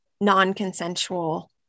non-consensual